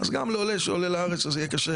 אז גם לעולה שעולה לארץ אז יהיה קשה